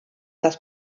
das